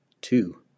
Two